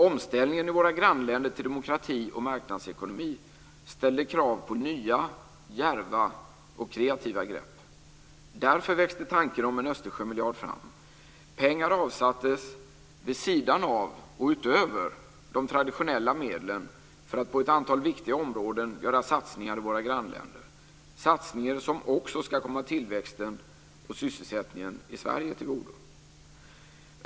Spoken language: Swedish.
Omställningen i våra grannländer till demokrati och marknadsekonomi ställde krav på nya djärva och kreativa grepp. Därför växte tanken på en Östersjömiljard fram. Pengar avsattes vid sidan av och utöver de traditionella medlen för att på ett antal viktiga områden göra satsningar i våra grannländer, satsningar som också ska komma tillväxten och sysselsättningen i Sverige till godo.